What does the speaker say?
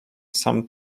some